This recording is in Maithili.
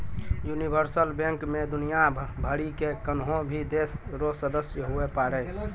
यूनिवर्सल बैंक मे दुनियाँ भरि के कोन्हो भी देश रो सदस्य हुवै पारै